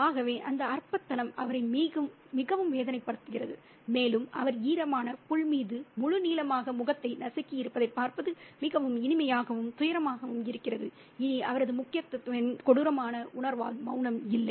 ஆகவே அந்த அற்பத்தனம் அவரை மிகவும் வேதனைப்படுத்துகிறது மேலும் அவர் ஈரமான புல் மீது முழு நீளமாக முகத்தை நசுக்கியிருப்பதைப் பார்ப்பது மிகவும் இனிமையாகவும் துயரமாகவும் இருக்கிறது இனி அவரது முக்கியத்துவத்தின் கொடூரமான உணர்வால் மௌனம் இல்லை